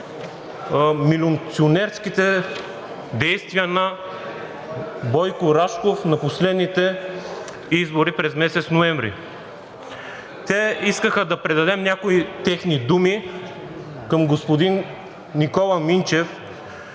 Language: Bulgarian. милиционерските действия на Бойко Рашков на последните избори през месец ноември. Те искаха да предадем някои техни думи към господин Никола Минчев.